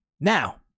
Now